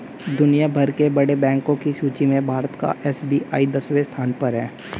दुनिया भर के बड़े बैंको की सूची में भारत का एस.बी.आई दसवें स्थान पर है